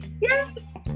Yes